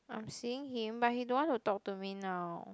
I'm seeing him but he don't want to talk to me now